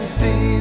see